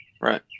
right